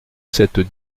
cette